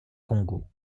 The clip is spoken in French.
congo